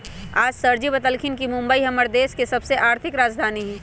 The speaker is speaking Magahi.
आज सरजी बतलथिन ह कि मुंबई हम्मर स के देश के आर्थिक राजधानी हई